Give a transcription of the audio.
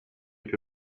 avec